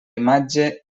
imatge